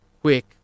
quick